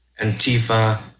Antifa